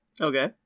okay